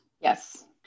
Yes